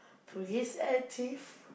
Police and Thief